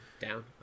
down